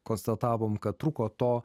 konstatavome kad trūko to